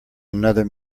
another